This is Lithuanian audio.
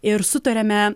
ir sutarėme